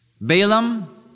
Balaam